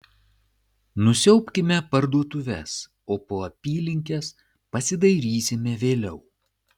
nusiaubkime parduotuves o po apylinkes pasidairysime vėliau